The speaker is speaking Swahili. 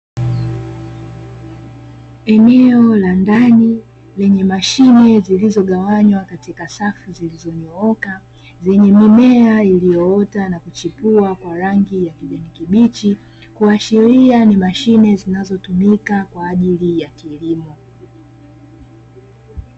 Eneo la ndani lenye mashine zilizogawanywa katika safu zilizonyooka zenye mimea iliyoota na kuchipua kwa rangi ya kijani kibichi, kuashiria ni mashine zinazotumika kwa ajili ya kilimo.